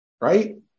Right